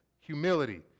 humility